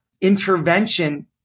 intervention